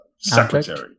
secretary